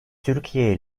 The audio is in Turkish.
türkiye